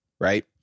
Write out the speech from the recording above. right